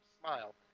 smile